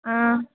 हाँ